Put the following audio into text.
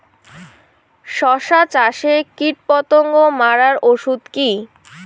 শসা চাষে কীটপতঙ্গ মারার ওষুধ কি?